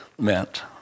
meant